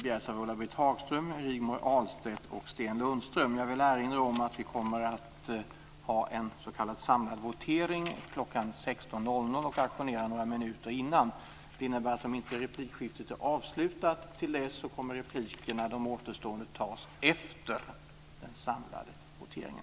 Jag vill erinra om att vi kommer att ha en s.k. samvotering kl. 16.00 och ajournerar några minuter innan. Det innebär att om inte replikskiftet är avslutat till dess så kommer de återstående replikerna att tas efter den samlade voteringen.